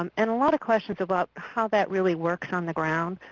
um and a lot of questions about how that really works on the ground.